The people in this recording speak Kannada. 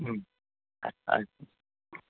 ಹ್ಞೂ ಆಯ್ತು